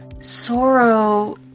sorrow